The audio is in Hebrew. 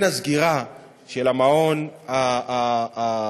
בין הסגירה של המעון הנוכחי,